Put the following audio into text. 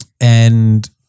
and-